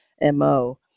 MO